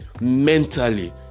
mentally